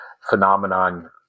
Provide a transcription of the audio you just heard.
phenomenon